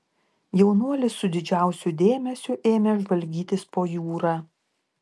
jaunuolis su didžiausiu dėmesiu ėmė žvalgytis po jūrą